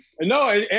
no